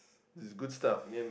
is good stuff